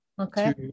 okay